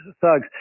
thugs